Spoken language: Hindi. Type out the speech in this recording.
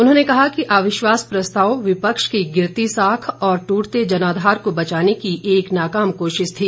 उन्होंने कहा कि अविश्वास प्रस्ताव विपक्ष की गिरती साख और टूटते जनाधार को बचाने की एक नाकाम कोशिश थी